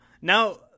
now